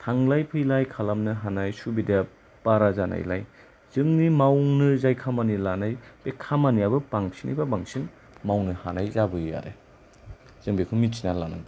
थांलाय फैलाय खालामनो हानाय सुबिदाया बारा जानायलाय जोंनि मावनो जाय खामानि लानाय बे खामानियाबो बांसिन निफ्राय बांसिन मावनो हानाय जाबोयो आरो जों बेखौ मिन्थिना लानांगोन